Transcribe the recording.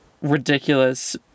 Ridiculous